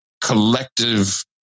collective